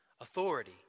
authority